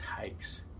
takes